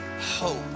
hope